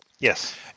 Yes